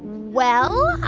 well, ah.